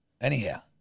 Anyhow